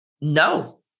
no